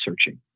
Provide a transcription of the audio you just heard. searching